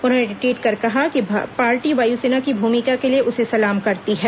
उन्होंने ट्वीट कर कहा कि पार्टी वायुसेना की भूमिका के लिए उसे सलाम करती है